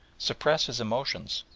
suppress his emotions,